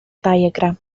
diagram